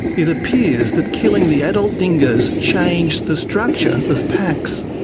it appears that killing the adult dingoes changed the structure of packs.